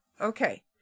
Okay